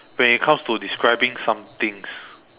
when it comes to describing something